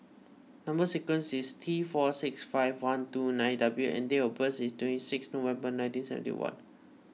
Number Sequence is T four six five one two nine W and date of birth is twenty six November nineteen seventy one